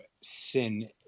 sin